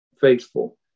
faithful